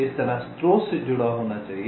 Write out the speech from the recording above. इस तरह स्रोत से जुड़ा होना चाहिए